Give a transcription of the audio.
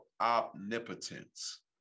omnipotence